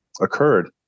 occurred